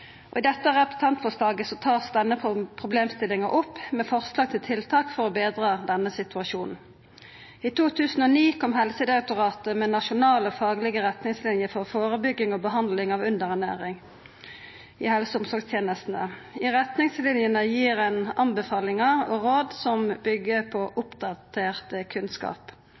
underernærte. I dette representantforslaget vert denne problemstillinga tatt opp, med forslag til tiltak for å betra denne situasjonen. I 2010 kom Helsedirektoratet med nasjonale faglege retningslinjer for førebygging og behandling av underernæring i helse- og omsorgstenestene. I retningslinjene gir ein anbefalingar og råd som byggjer på oppdatert kunnskap.